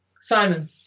Simon